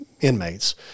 inmates